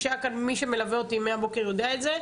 מי שמלווה אותי מהבוקר יודע את זה,